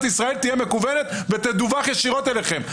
ישראל תהיה מקוונת ותדווח ישירות אליכם.